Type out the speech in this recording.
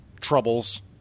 troubles